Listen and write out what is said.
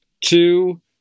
two